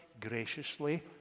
graciously